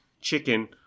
chicken